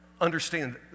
understand